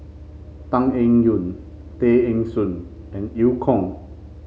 Tan Eng Yoon Tay Eng Soon and Eu Kong